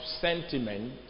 sentiment